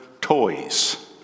toys